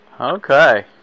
Okay